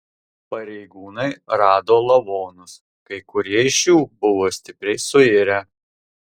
pareigūnai rado lavonus kai kurie iš jų buvo stipriai suirę